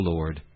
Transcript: Lord